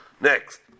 Next